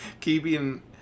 Keeping